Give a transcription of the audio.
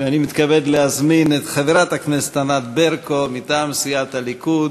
אני מתכבד להזמין את חברת הכנסת ענת ברקו מטעם סיעת הליכוד.